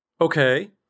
Okay